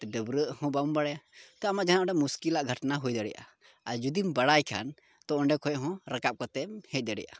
ᱰᱟᱹᱵᱽᱨᱟᱹᱜ ᱦᱚᱸ ᱵᱟᱢ ᱵᱟᱲᱟᱭᱟ ᱛᱮ ᱡᱟᱦᱟᱸ ᱟᱢᱟᱜ ᱢᱩᱥᱠᱤᱞᱟ ᱜᱷᱚᱱᱟ ᱦᱩᱭ ᱫᱟᱲᱮᱭᱟᱜᱼᱟ ᱟᱨ ᱡᱩᱫᱤᱢ ᱵᱟᱲᱟᱭ ᱠᱷᱟᱱ ᱛᱚ ᱚᱸᱰᱮ ᱠᱷᱚᱡ ᱦᱚᱸ ᱨᱟᱠᱟᱵ ᱠᱟᱛᱮᱫ ᱦᱮᱡ ᱫᱟᱲᱮᱭᱟᱜᱼᱟ